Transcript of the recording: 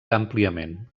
àmpliament